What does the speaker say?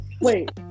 Wait